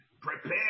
Prepare